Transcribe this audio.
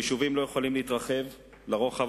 יישובים לא יכולים להתרחב לרוחב,